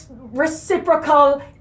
reciprocal